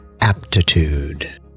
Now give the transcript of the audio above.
Aptitude